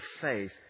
faith